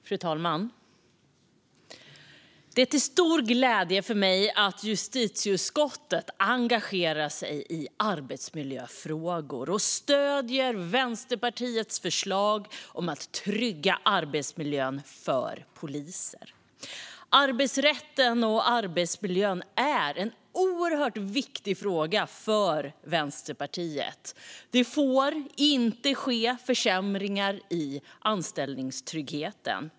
Fru talman! Det är till stor glädje för mig att justitieutskottet engagerar sig i arbetsmiljöfrågor och stöder Vänsterpartiets förslag om att trygga arbetsmiljön för poliser. Arbetsrätten och arbetsmiljön är oerhört viktiga frågor för Vänsterpartiet. Det får inte ske försämringar i anställningstryggheten.